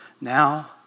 now